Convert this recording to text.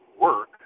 work